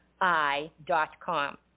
I.com